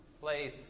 place